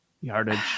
Yardage